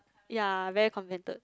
ya very contented